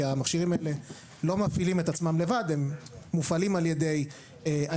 המכשירים האלה לא מפעילים את עצמם לבד אלא הם מופעלים על ידי עובדים.